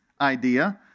idea